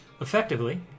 effectively